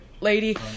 lady